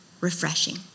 refreshing